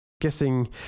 Guessing